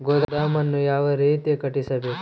ಗೋದಾಮನ್ನು ಯಾವ ರೇತಿ ಕಟ್ಟಿಸಬೇಕು?